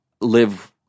live